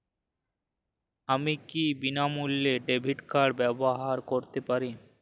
আমি কি বিনামূল্যে ডেবিট কার্ড ব্যাবহার করতে পারি?